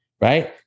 right